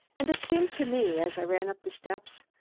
and it seemed to me, as i ran up the steps,